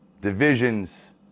divisions